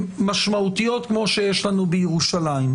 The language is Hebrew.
משמעותיות כמו שיש לנו בירושלים?